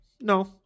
no